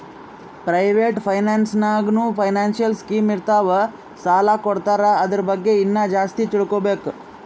private finance ನಾಗ್ನೂ financial scheme ಇರ್ತಾವ್ ಸಾಲ ಕೊಡ್ತಾರ ಅದುರ್ ಬಗ್ಗೆ ಇನ್ನಾ ಜಾಸ್ತಿ ತಿಳ್ಕೋಬೇಕು